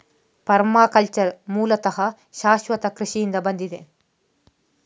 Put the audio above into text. permaculture ಮೂಲತಃ ಶಾಶ್ವತ ಕೃಷಿಯಿಂದ ಬಂದಿದೆ